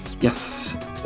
Yes